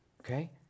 okay